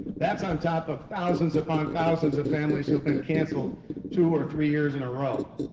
that's on top of thousands upon thousands of families who've been cancelled two or three years in a row.